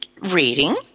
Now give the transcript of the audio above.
reading